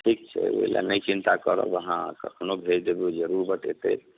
ठीक छै ओहिले नहि चिन्ता करब अहाँ कखनो भेज देब ओ जरूबत एतै आओर कि